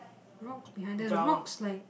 rock behind the rocks like